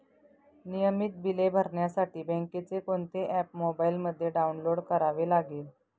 नियमित बिले भरण्यासाठी बँकेचे कोणते ऍप मोबाइलमध्ये डाऊनलोड करावे लागेल?